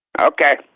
okay